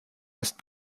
must